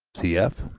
cf.